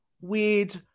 weird